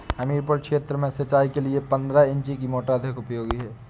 हमीरपुर क्षेत्र में सिंचाई के लिए पंद्रह इंची की मोटर अधिक उपयोगी है?